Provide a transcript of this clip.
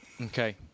Okay